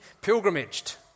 pilgrimaged